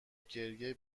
گریه